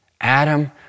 Adam